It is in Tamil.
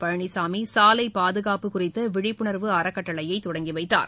பழனிசாமி சாலைப்பாதுகாப்பு குறித்த விழிப்புணர்வு அறக்கட்டளையை தொடங்கிவைத்தார்